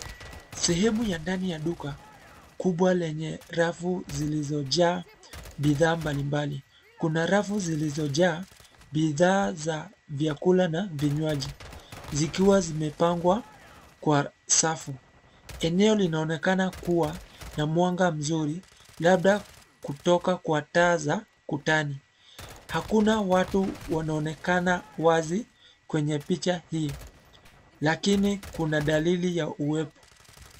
Sehemu ya ndani ya duka kubwa lenye rafu zilizojaa bidhaa mbalimbali. Kuna rafu zilizojaa bidhaa za vyakula na vinywaji zikiwa zimepangwa kwa safu. Eneo linaonekana kua na mwanga mzuri labda kutoka kwa taa za kutani. Hakuna watu wanaoonekana wazi kwenye picha hii lakini kuna dalili ya uwepo.